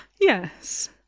Yes